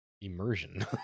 immersion